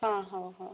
ହଁ ହଉ ହଉ